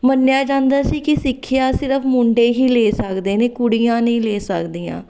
ਮੰਨਿਆਂ ਜਾਂਦਾ ਸੀ ਕਿ ਸਿੱਖਿਆ ਸਿਰਫ਼ ਮੁੰਡੇ ਹੀ ਲੈ ਸਕਦੇ ਨੇ ਕੁੜੀਆਂ ਨਹੀਂ ਲੈ ਸਕਦੀਆਂ